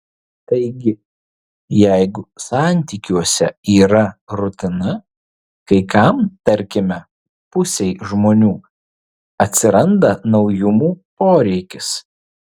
taigi jeigu santykiuose yra rutina kai kam tarkime pusei žmonių atsiranda naujumų poreikis